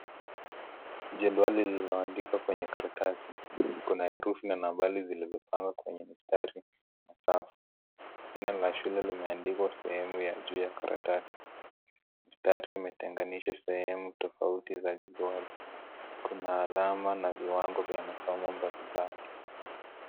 Jedwali linaloandikwa kwenye karatasi kuna herufi na nambari zilizopangwa kwenye mstari safi ,jina la shule limeandikwa kwenye sehemu ya juu ya karatasi, misitari imetenganisha sehemu tofauti za jedwali kuna alama na viwango vya masomo mbalimbali.